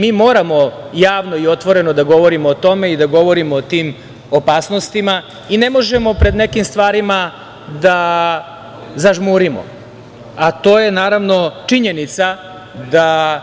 Mi moramo javno i otvoreno da govorimo o tome i da govorimo o tim opasnostima i ne možemo pred nekim stvarima da zažmurimo, a to je, naravno, činjenica da